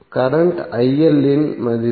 current இன் மதிப்பு